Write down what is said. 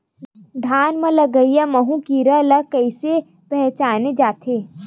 धान म लगईया माहु कीरा ल कइसे पहचाने जाथे?